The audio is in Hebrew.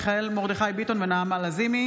מיכאל מרדכי ביטון ונעמה לזימי